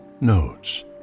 notes